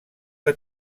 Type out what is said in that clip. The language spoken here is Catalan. que